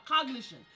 cognition